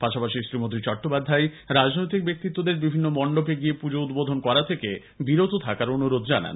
পাশাপাশি শ্রীমতি চট্টোপাধ্যায় রাজনৈতিক ব্যক্তিত্বদের বিভিন্ন মণ্ডপে গিয়ে পুজো উদ্বোধন করা থেকে বিরত থাকার অনুরোধ জানান